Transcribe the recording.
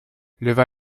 leva